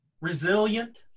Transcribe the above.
Resilient